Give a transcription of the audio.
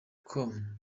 com